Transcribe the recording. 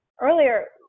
earlier